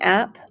app